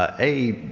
ah a,